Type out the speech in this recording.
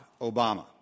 Obama